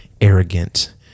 arrogant